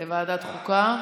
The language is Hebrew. לוועדת חוקה?